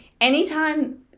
anytime